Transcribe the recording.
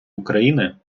україни